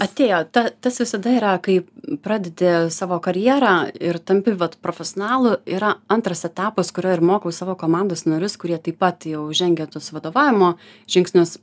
atėjo ta tas visada yra kai pradėti savo karjerą ir tampi vat profesionalu yra antras etapas kurio ir mokau savo komandos narius kurie taip pat jau žengia tuos vadovavimo žingsnius